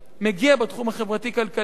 בתחום החברתי-כלכלי